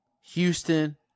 houston